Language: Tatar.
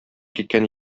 киткән